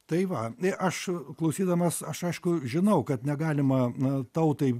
tai va į aš klausydamas aš aišku žinau kad negalima na tautai